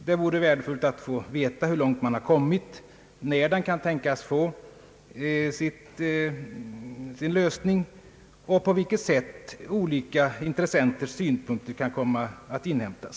Det vore värdefullt att få veta hur långt arbetet har framskridit, när frågan kan tänkas få sin lösning och på vilket sätt olika intressenters synpunkter kan komma att inhämtas.